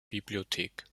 bibliothek